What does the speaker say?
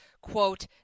quote